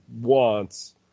wants